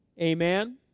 Amen